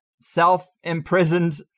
self-imprisoned